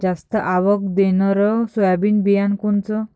जास्त आवक देणनरं सोयाबीन बियानं कोनचं?